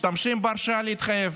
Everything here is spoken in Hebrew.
משתמשים בהרשאה להתחייב,